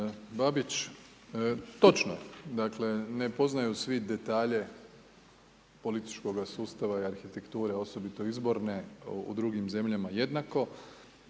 Babić, točno je, dakle ne poznaju svi detalje političkoga sustava i arhitekture, osobito izborne u drugim zemljama jednako.